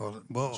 בואו,